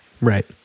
Right